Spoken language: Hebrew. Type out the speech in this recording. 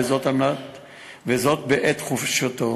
בעת חופשתו.